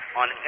on